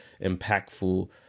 impactful